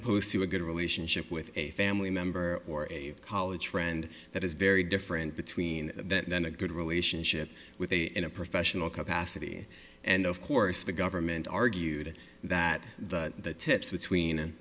opposed to a good relationship with a family member or a college friend that is very different between that a good relationship with a in a professional capacity and of course the government argued that the tips between him